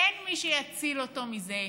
אין מי שיציל אותו מזה,